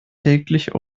täglich